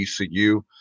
ECU